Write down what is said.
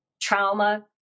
trauma